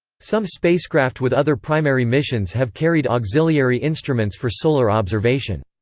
some spacecraft with other primary missions have carried auxiliary instruments for solar observation.